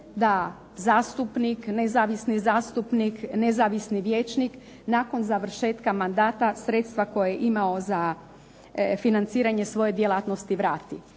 da zastupnik, nezavisni zastupnik, nezavisni vijećnik nakon završetka mandata sredstva koja je imao za financiranje svoje djelatnosti vrati.